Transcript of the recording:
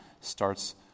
starts